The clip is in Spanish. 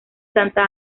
santa